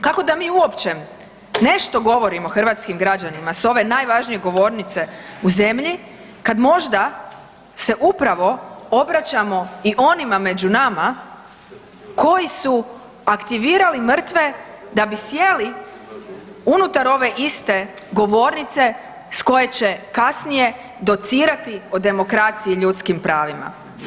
Kako da mi uopće nešto govorimo hrvatskim građanima s ove najvažnije govornice u zemlji kad možda se upravo obraćamo i onima među nama koji su aktivirali mrtve da bi sjeli unutar ove iste govornice s koje će kasnije docirati o demokraciji i ljudskim pravima?